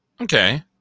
Okay